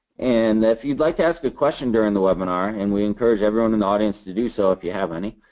and if you would like to ask a question during the webinar, and we encourage everyone in the audience to do so, if you have any,